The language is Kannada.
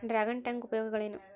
ಡ್ರಾಗನ್ ಟ್ಯಾಂಕ್ ಉಪಯೋಗಗಳೇನು?